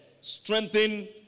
strengthen